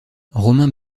romain